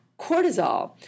cortisol